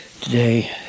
today